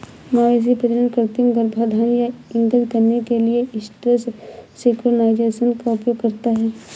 मवेशी प्रजनन कृत्रिम गर्भाधान यह इंगित करने के लिए एस्ट्रस सिंक्रोनाइज़ेशन का उपयोग करता है